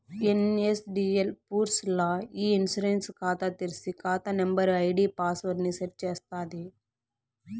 NSDL పూర్స్ ల్ల ఇ ఇన్సూరెన్స్ కాతా తెర్సి, కాతా నంబరు, ఐడీ పాస్వర్డ్ ని సెట్ చేస్తాది